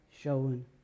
showing